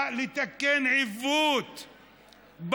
בא לתקן עיוות,